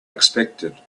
expected